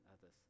others